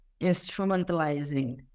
instrumentalizing